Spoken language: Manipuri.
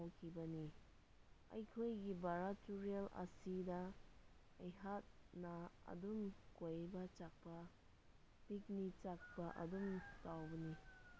ꯍꯧꯈꯤꯕꯅꯤ ꯑꯩꯈꯣꯏꯒꯤ ꯕꯔꯥꯛ ꯇꯨꯔꯦꯜ ꯑꯁꯤꯗ ꯑꯩꯍꯥꯛꯅ ꯑꯗꯨꯝ ꯀꯣꯏꯕ ꯆꯠꯄ ꯄꯤꯛꯅꯤꯛ ꯆꯠꯄ ꯑꯗꯨꯝ ꯇꯧꯕꯅꯤ